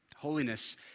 Holiness